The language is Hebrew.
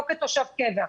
לא כתושב קבע.